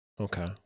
Okay